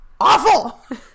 awful